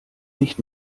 nicht